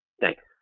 Thanks